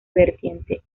vertiente